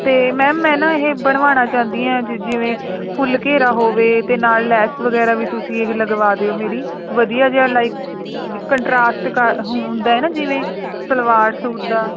ਅਤੇ ਮੈਮ ਮੈਂ ਨਾ ਇਹ ਬਣਵਾਉਣਾ ਚਾਹੁੰਦੀ ਹਾਂ ਜਿਵੇਂ ਫੁੱਲ ਘੇਰਾ ਹੋਵੇ ਅਤੇ ਨਾਲ ਲੈਸ ਵਗੈਰਾ ਵੀ ਤੁਸੀਂ ਹੀ ਲਗਵਾ ਦਿਓ ਮੇਰੀ ਵਧੀਆ ਜਿਹਾ ਲਾਈਕ ਕੰਟਰਾਸਟ ਕਰ ਹੁੰਦਾ ਹੈ ਨਾ ਜਿਵੇਂ ਸਲਵਾਰ ਸੂਟ ਦਾ